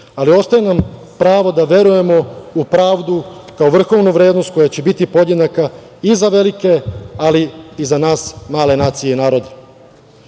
ali ostaje nam pravo da verujemo u pravdu, kao vrhovnu vrednost koja će biti podjednaka i za velike, ali i za nas male nacije i narode. Još